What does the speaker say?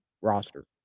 roster